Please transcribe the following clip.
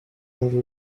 into